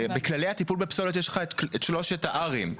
בכללי הטיפול בפסולת יש לך את שלושת ה-R: Reuse,